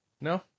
No